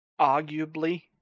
arguably